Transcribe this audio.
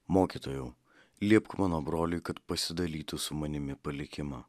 mokytojau liepk mano broliui kad pasidalytų su manimi palikimą